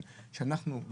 את הדרישה שלו,